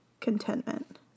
contentment